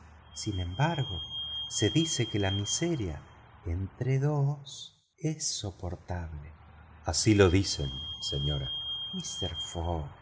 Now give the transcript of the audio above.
sin embargo se dice que la miseria entre dos es soportable así lo dicen señora mister fogg